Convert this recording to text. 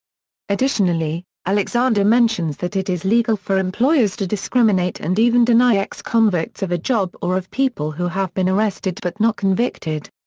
additionally, alexander mentions that it is legal for employers to discriminate and even deny ex-convicts of a job or of people who have been arrested but not convicted.